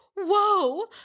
whoa